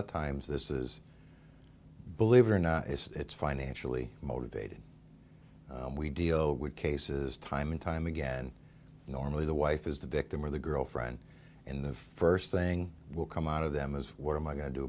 of times this is believe it or not it's financially motivated we deal with cases time and time again normally the wife is the victim or the girlfriend in the first thing will come out of them as what am i going to do